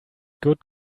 good